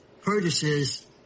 purchases